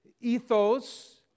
ethos